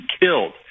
killed